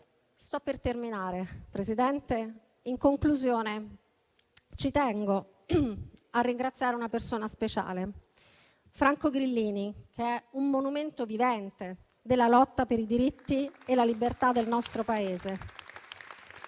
Sto per terminare, signor Presidente. In conclusione, ci tengo a ringraziare una persona speciale, Franco Grillini, che è un monumento vivente della lotta per i diritti e la libertà nel nostro Paese,